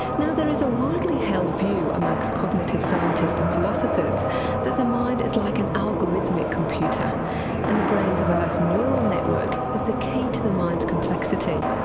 now there is a widely held view amongst cognitive scientists and philosophers that the mind is like a and algorithmic computer and the brain's vast neural network is the key to the mind's complexity.